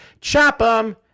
CHOP'EM